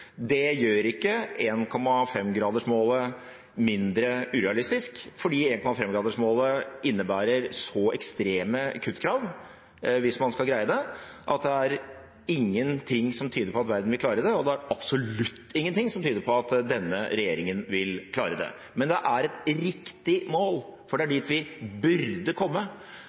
Det gjør ikke 1,5-gradersmålet mindre urealistisk, fordi 1,5-gradersmålet innebærer så ekstreme kuttkrav hvis man skal greie det, at det er ingenting som tyder på at verden vil klare det, og det er absolutt ingenting som tyder på at denne regjeringen vil klare det. Men det er et riktig mål, for det er